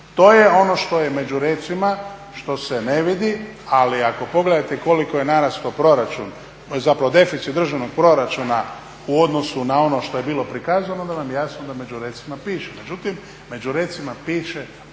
To je ono što je među recima, što se ne vidi. Ali ako pogledate koliko je narastao proračun, zapravo deficit državnog proračuna u odnosu na ono što je bilo prikazano, onda vam je jasno da među recima piše.